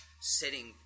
setting